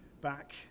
back